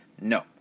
No